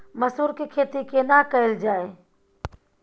मसूर के खेती केना कैल जाय?